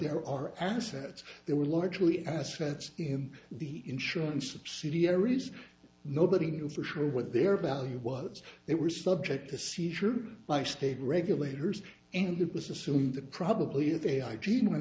there are assets there were largely assets in the insurance subsidiaries nobody knew for sure what their value was they were subject to seizure by state regulators and it was assumed that probably of ai gene went